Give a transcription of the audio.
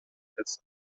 tesa